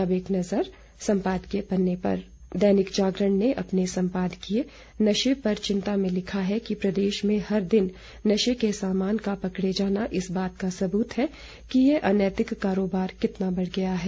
अब एक नज़र संपादकीय पन्ने पर दैनिक जागरण ने अपने संपादकीय नशे पर चिंता में लिखा है कि प्रदेश में हर दिन नशे के सामान का पकड़े जाना इस बात का सुबूत है कि यह अनैतिक कारोबार कितना बढ़ गया है